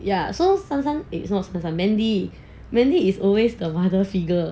ya so sometime eh not sometime mandy mandy is always the mother figure